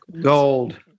gold